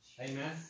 Amen